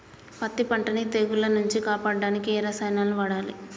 పత్తి పంటని తెగుల నుంచి కాపాడడానికి ఏ రసాయనాలను వాడాలి?